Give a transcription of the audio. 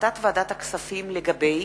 החלטת ועדת הכספים לגבי